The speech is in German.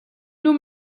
nur